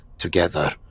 together